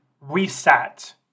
reset